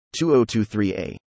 2023a